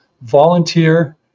volunteer